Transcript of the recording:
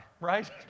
right